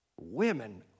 women